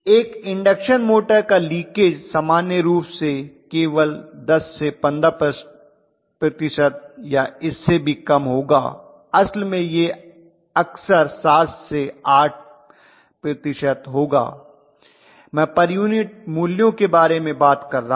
एक induction motor का leakage सामान्य रूप से केवल 10 से 15 प्रतिशत या इससे भी कम होगा असल में यह अक्सर 7 से 8 प्रतिशत होगा मैं पर यूनिट मूल्यों के बारे में बात कर रहा हूं